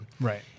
Right